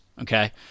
okay